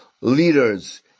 leaders